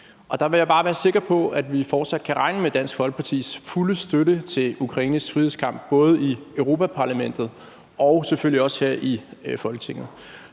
Der vil jeg bare være sikker på, at vi fortsat kan regne med Dansk Folkepartis fulde støtte til Ukraines frihedskamp, både i Europa-Parlamentet og selvfølgelig også her i Folketinget.